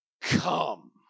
come